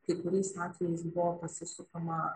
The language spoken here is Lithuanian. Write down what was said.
kai kuriais atvejais buvo pasisukama